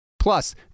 Plus